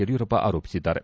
ಯಡಿಯೂರಪ್ಪ ಆರೋಪಿಸಿದ್ದಾರೆ